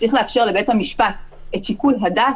וצריך לאפשר לבית המשפט את שיקול הדעת,